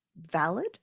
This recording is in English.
valid